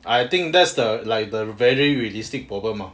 I think that's the like a very realistic problem mah